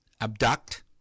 abduct